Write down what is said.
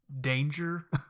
danger